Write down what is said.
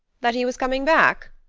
that he was coming back?